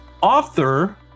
author